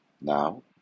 Now